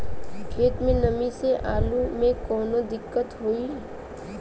खेत मे नमी स आलू मे कऊनो दिक्कत होई?